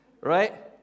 right